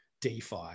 DeFi